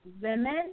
women